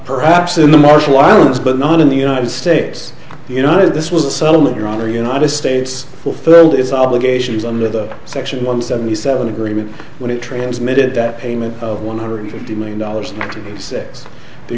perhaps in the marshall islands but not in the united states you know this was a settlement your honor united states fulfilled its obligations under the section one seventy seven agreement when it transmitted that payment of one hundred fifty million dollars to the six